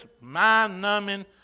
mind-numbing